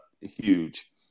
huge